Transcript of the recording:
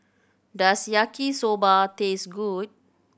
does Yaki Soba taste good